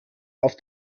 auf